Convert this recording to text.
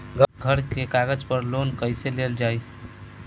घर के कागज पर लोन कईसे लेल जाई?